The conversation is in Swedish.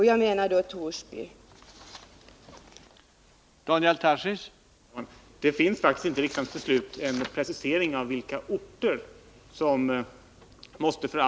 Jag menar nu Torsby kommun.